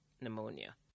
pneumonia